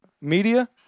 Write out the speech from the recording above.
Media